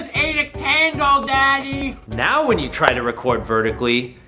a candle, daddy. now when you try to record vertically,